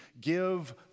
Give